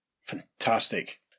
Fantastic